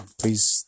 please